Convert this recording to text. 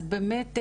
אז באמת,